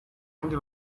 kandi